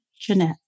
Jeanette